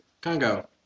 Congo